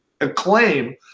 acclaim